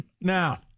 Now